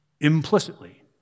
implicitly